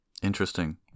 Interesting